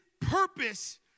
purpose